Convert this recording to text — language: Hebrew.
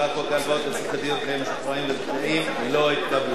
הצעת חוק הלוואה לצורכי דיור לחיילים משוחררים ולזכאים (תיקוני